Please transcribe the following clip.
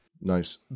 Nice